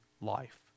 life